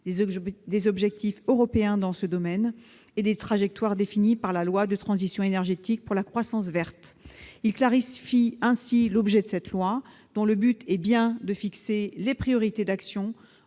des objectifs européens dans ce domaine et des trajectoires définies par la loi relative à la transition énergétique pour la croissance verte. Il tend à clarifier ainsi l'objet de cette loi, dont le but est bien de fixer les priorités d'action